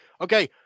Okay